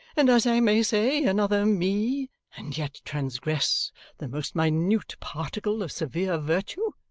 and as i may say, another me, and yet transgress the most minute particle of severe virtue?